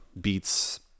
beats